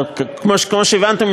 כמו שהבנתם,